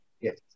Yes